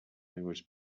language